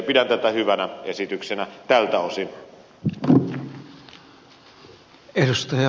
pidän tätä hyvänä esityksenä tältä osin